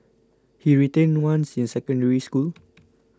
he retained once in Secondary School